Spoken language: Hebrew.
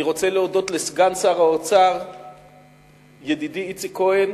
אני רוצה להודות לסגן שר האוצר ידידי איציק כהן,